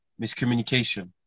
miscommunication